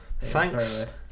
Thanks